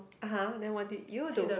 (uh huh) then what did you do